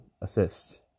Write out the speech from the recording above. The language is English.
assist